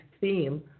theme